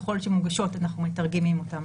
ככל שמוגשות, אנחנו מתרגמים אותן.